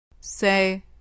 Say